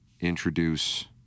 introduce